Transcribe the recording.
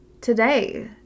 today